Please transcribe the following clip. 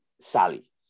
Sally